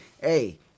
Hey